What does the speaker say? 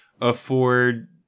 afford